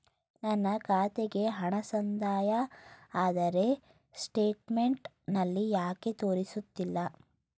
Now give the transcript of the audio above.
ನನ್ನ ಖಾತೆಗೆ ಹಣ ಸಂದಾಯ ಆದರೆ ಸ್ಟೇಟ್ಮೆಂಟ್ ನಲ್ಲಿ ಯಾಕೆ ತೋರಿಸುತ್ತಿಲ್ಲ?